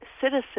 citizen